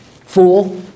fool